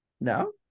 No